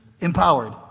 empowered